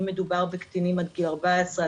אם מדובר בקטינים עד גיל 14,